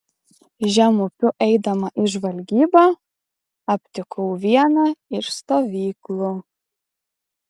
žemupiu eidama į žvalgybą aptikau vieną iš stovyklų